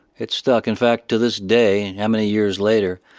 it stuck. in fact, to this day how many years later,